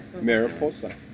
Mariposa